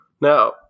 Now